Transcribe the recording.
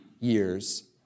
years